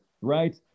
right